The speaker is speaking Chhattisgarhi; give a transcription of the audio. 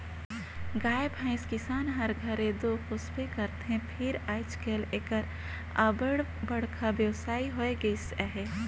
गाय भंइस किसान हर घरे दो पोसबे करथे फेर आएज काएल एकर अब्बड़ बड़खा बेवसाय होए गइस अहे